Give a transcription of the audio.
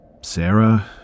Sarah